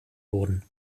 wurden